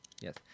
yes